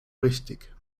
richtig